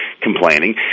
complaining